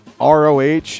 ROH